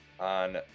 on